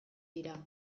dira